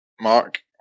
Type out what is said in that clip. Mark